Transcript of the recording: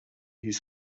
his